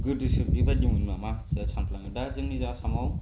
गोदोसो बेबादिमोन नामा सानफ्लाङो दा जा जोंनि आसामाव